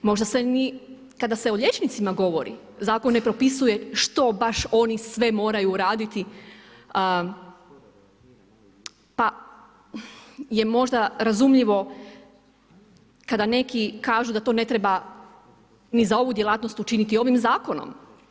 Možda se kada se o liječnicima govori zakon ne propisuje što baš oni sve moraju raditi, pa je možda razumljivo kada neki kažu da to ne treba ni za ovu djelatnost učiniti ovim zakonom.